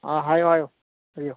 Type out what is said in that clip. ꯑꯥ ꯍꯥꯏꯌꯣ ꯍꯥꯏꯌꯣ ꯍꯥꯏꯕꯤꯌꯣ